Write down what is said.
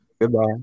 Goodbye